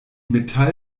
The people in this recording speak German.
metall